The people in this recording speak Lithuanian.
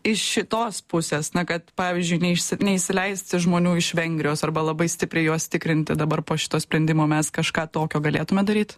iš šitos pusės na kad pavyzdžiui neišsi neįsileisti žmonių iš vengrijos arba labai stipriai juos tikrinti dabar po šito sprendimo mes kažką tokio galėtume daryt